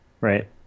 right